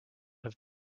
have